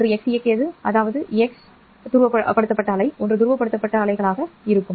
ஒன்று x இயக்கியது அதாவது x துருவப்படுத்தப்பட்ட அலை ஒன்று துருவப்படுத்தப்பட்ட அலைகளாக இருக்கும்